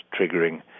triggering